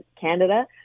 Canada